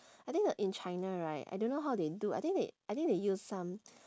I think uh in china right I don't know how they do I think they I think they use some